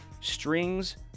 Strings